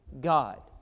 God